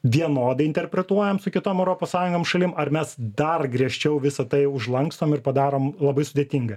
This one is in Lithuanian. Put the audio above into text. vienodai interpretuojam su kitom europos sąjungom šalim ar mes dar griežčiau visa tai užlankstom ir padarom labai sudėtinga